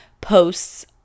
posts